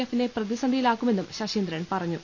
എഫിനെ പ്രതിസന്ധി യിലാക്കുമെന്നും ശശീന്ദ്രൻ പറഞ്ഞു